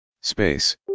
space